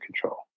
control